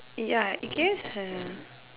ya it gives a